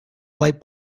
light